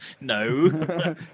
No